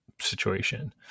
situation